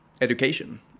education